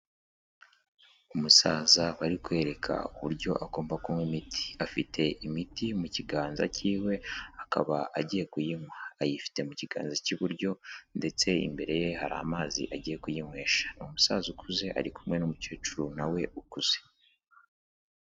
Umusaza bari kwereka uburyo agomba kunywa imiti, afite imiti mu kiganza cyiwe akaba agiye kuyinywa, ayifite mu kiganza cy'iburyo ndetse imbere ye hari amazi agiye kuyinywesha, ni umusaza ukuze ari kumwe n'umukecuru nawe ukuze.